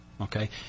Okay